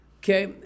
okay